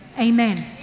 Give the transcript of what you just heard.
Amen